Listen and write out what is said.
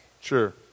Sure